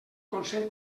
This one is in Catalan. consell